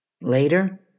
Later